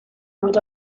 would